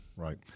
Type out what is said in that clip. Right